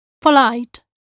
Polite